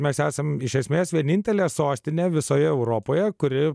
mes esam iš esmės vienintelė sostinė visoje europoje kuri